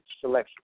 selection